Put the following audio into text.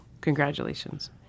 Congratulations